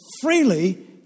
freely